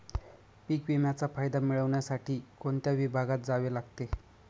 पीक विम्याचा फायदा मिळविण्यासाठी कोणत्या विभागात जावे लागते?